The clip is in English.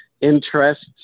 interests